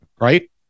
Right